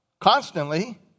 constantly